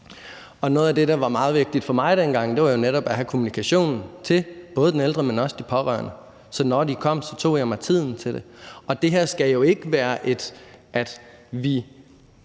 Noget af det, der var meget vigtigt for mig dengang, var jo netop at have kommunikationen til både den ældre, men også de pårørende, så når de kom, tog jeg mig tiden til det. Det her skal jo ikke være sådan, at vi